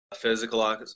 Physical